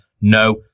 no